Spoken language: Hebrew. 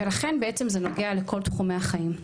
ולכן בעצם זה נוגע לכל תחומי החיים.